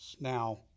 Now